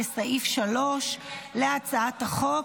לסעיף 3 להצעת החוק,